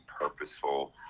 purposeful